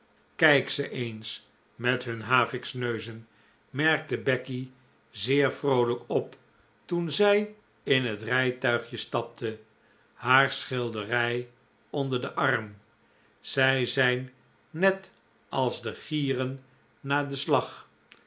kijk ze eens met hun haviksneuzen merkte becky zeer vroolijk op toen zij in het rijtuigje stapte haar schilderij onder den arm zij zijn net als de gieren na den slag